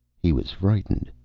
he was frightened,